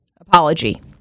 apology